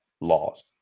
laws